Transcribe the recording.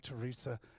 Teresa